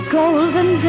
golden